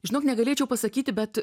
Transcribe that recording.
žinok negalėčiau pasakyti bet